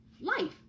life